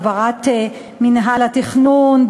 בהעברת מינהל התכנון,